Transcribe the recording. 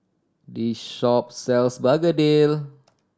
this shop sells begedil